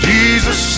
Jesus